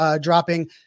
dropping